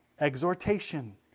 exhortation